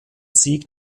sieg